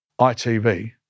itv